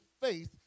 faith